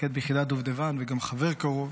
מפקד ביחידת דובדבן וגם חבר קרוב,